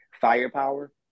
firepower